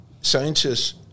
scientists